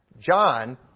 John